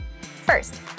First